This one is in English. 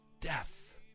death